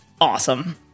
awesome